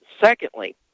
Secondly